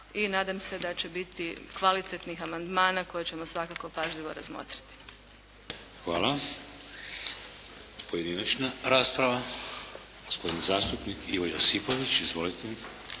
i nadam se da će biti kvalitetnih amandmana koje ćemo svakako pažljivo razmotriti. **Šeks, Vladimir (HDZ)** Hvala. Pojedinačna rasprava. Gospodin zastupnik Ivo Josipović. Izvolite.